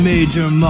Major